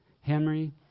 Henry